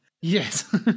Yes